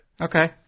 Okay